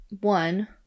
one